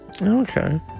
Okay